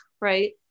right